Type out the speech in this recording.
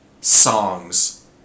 songs